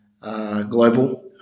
Global